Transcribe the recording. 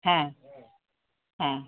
হ্যাঁ হ্যাঁ